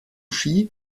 ski